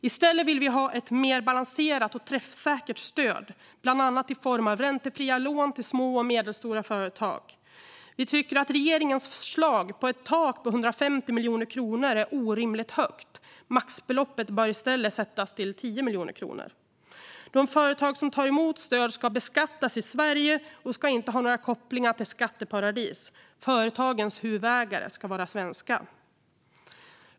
I stället vill vi ha ett mer balanserat och träffsäkert stöd, bland annat i form av räntefria lån till små och medelstora företag. Vi tycker att regeringens förslag på ett tak på 150 miljoner kronor är orimligt högt. Maxbeloppet bör i stället sättas till 10 miljoner kronor. De företag som tar emot stöd ska beskattas i Sverige och ska inte ha några kopplingar till skatteparadis. Företagens huvudägare ska vara svenska.